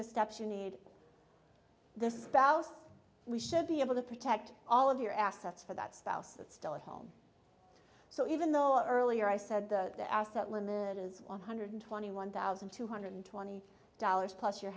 the steps you need the spouse we should be able to protect all of your assets for that spouse that's still a home so even though earlier i said the asset limited is one hundred twenty one thousand two hundred twenty dollars plus your